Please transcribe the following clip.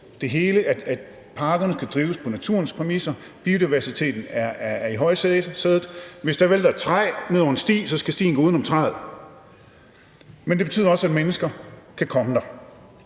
betyder, at parkerne skal drives på naturens præmisser, biodiversiteten er i højsædet, så hvis der vælter et træ ned over en sti, skal stien gå uden om træet. Men det betyder også, at mennesker kan komme der.